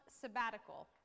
sabbatical